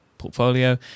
portfolio